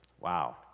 Wow